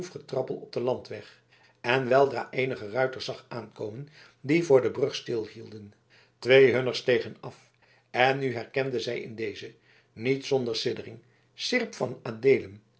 hoefgetrappel op den landweg en weldra eenige ruiters zag aankomen die voor de brug stilhielden twee hunner stegen af en nu herkende zij in dezen niet zonder siddering seerp van adeelen